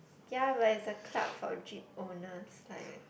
ya but is a club for jeep owners like